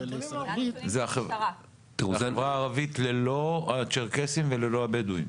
זה החברה הערבית ללא הצ׳רקסים וללא הבדואים.